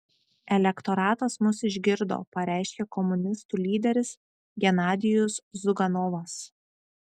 elektoratas mus išgirdo pareiškė komunistų lyderis genadijus ziuganovas